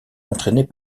entraînée